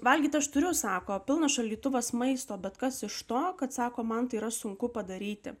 valgyti aš turiu sako pilnas šaldytuvas maisto bet kas iš to kad sako man yra sunku padaryti